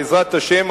בעזרת השם,